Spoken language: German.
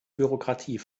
bürokratie